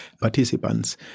participants